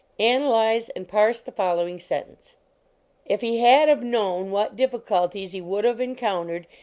analyze and parse the following sentence if he had of known what difficulties he would of encoun tered,